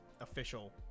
official